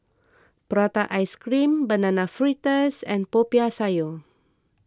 Prata Ice Cream Banana Fritters and Popiah Sayur